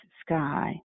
sky